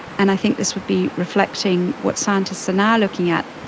and i think this would be reflecting what scientists are now looking at.